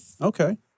okay